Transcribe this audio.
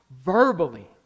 verbally